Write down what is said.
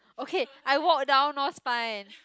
okay I walk down North Spine